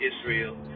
Israel